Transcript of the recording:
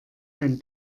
ein